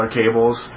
cables